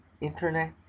Internet